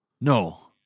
No